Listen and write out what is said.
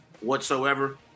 whatsoever